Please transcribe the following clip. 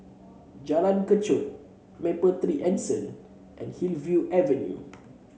Jalan Kechot Mapletree Anson and Hillview Avenue